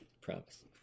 Promise